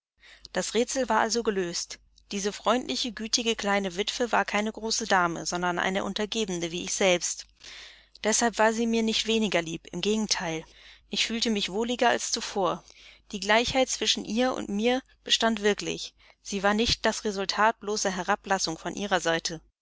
das rätsel war also gelöst diese freundliche gütige kleine witwe war keine große dame sondern eine untergebene wie ich selbst deshalb war sie mir nicht weniger lieb im gegenteil ich fühlte mich wohliger als zuvor die gleichheit zwischen ihr und mir bestand wirklich sie war nicht das resultat bloßer herablassung von ihrer seite